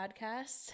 Podcasts